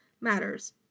matters